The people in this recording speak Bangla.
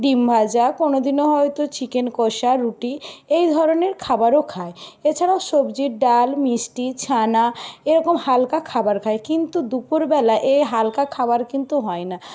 ডিম ভাজা কোনোদিনও হয়তো চিকেন কষা রুটি এই ধরনের খাবারও খায় এছাড়াও সবজি ডাল মিষ্টি ছানা এরকম হালকা খাবার খায় কিন্তু দুপুর বেলা এ হালকা খাবার কিন্তু হয় না